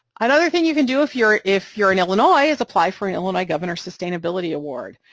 another thing you can do if you're if you're in illinois is apply for illinois governor sustainability award,